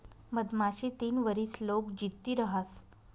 मधमाशी तीन वरीस लोग जित्ती रहास